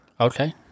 okay